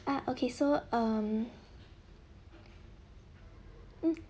uh okay so um mm